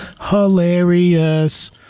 hilarious